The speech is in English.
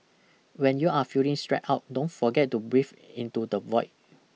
when you are feeling stressed out don't forget to breathe into the void